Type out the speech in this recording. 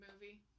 movie